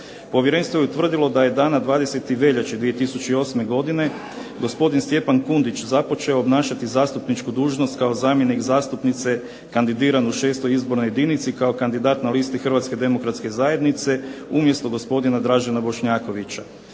Povjerenstvo je utvrdilo da je dana 20. veljače 2008. godine gospodin Stjepan Kundić započeo obnašati zastupničku dužnost kao zamjenik zastupnice kandidiran u 6. Izbornoj jedinici kao kandidat na listi Hrvatske demokratske zajednice, umjesto zastupnika Dražena Bošnjakovića.